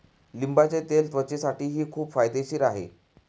लिंबाचे तेल त्वचेसाठीही खूप फायदेशीर आहे